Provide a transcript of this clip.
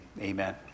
Amen